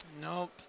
Nope